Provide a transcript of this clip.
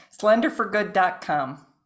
slenderforgood.com